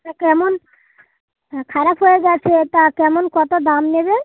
তা কেমন হ্যাঁ খারাপ হয়ে গেছে তা কেমন কতো দাম নেবে